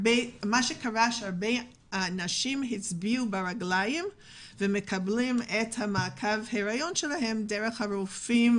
הרבה נשים הצביעו ברגליים והן מקבלות את מעקב ההיריון שלהן דרך הרופאים